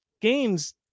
games